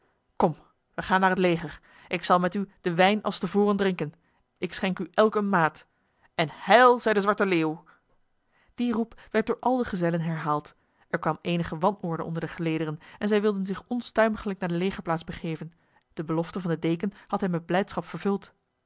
kom wij gaan naar het leger ik zal met u de wijn als tevoren drinken ik schenk u elk een maat en heil zij de zwarte leeuw die roep werd door al de gezellen herhaald er kwam enige wanorde onder de gelederen en zij wilden zich onstuimiglijk naar de legerplaats begeven de belofte van de deken had hen met blijdschap vervuld